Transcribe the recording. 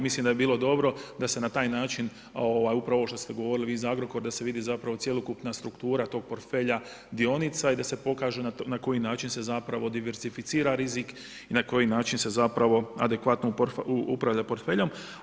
Mislim da bi bilo dobro da se na taj način upravo ovo što ste govorili vi za Agrokor da se vidi cjelokupna struktura tog portfelja dionica i da se pokaže na koji način se diversificira rizik i na koji način se adekvatno upravlja portfeljem.